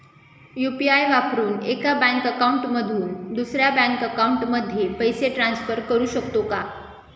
UPI वापरून एका bank account मधून दुसऱ्या बँक अकाउंटमध्ये पैसे ट्रान्सफर करू शकतो का?